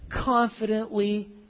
confidently